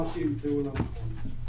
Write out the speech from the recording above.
מה שימצאו לנכון.